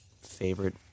favorite